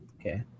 Okay